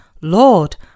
Lord